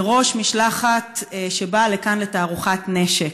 באה לכאן לתערוכת נשק,